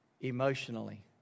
emotionally